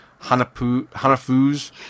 Hanafu's